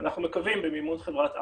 אנחנו מקווים במימון חברת אבוט.